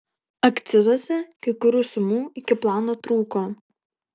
akcizuose kai kurių sumų iki plano trūko